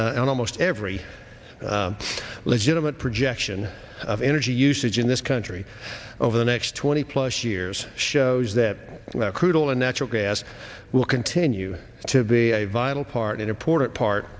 and almost every legitimate projection of energy usage in this country over the next twenty plus years shows that crude oil and natural gas will continue to be a vital part an important part